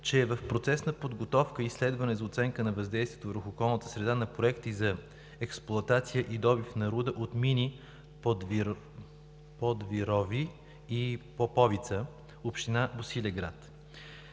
че е в процес на подготовка и изследване за оценка на въздействието върху околната среда на проекти за експлоатация и добив на руда от мини „Подвирове“ и „Поповица“, община Босилеград.